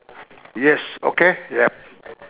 yes okay yup